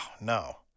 no